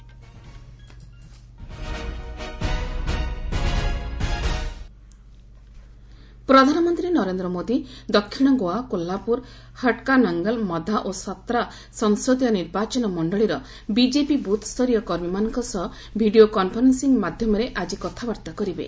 PM Goa ପ୍ରଧାନମନ୍ତ୍ରୀ ନରେନ୍ଦ୍ର ମୋଦି ଦକ୍ଷିଣ ଗୋଆ କୋହ୍ରାପ୍ରର ହଟ୍କାନଙ୍ଗଲ୍ ମଧା ଓ ସତରା ସଂସଦୀୟ ନିର୍ବାଚନ ମଣ୍ଡଳୀର ବିକେପି ବ୍ରଥ୍ୟରୀୟ କର୍ମୀମାନଙ୍କ ସହ ଭିନିଓ କନ୍ଫରେନ୍ସିଂ ମାଧ୍ୟମରେ ଆକି କଥାବାର୍ତ୍ତା କରିବେ